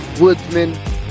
woodsman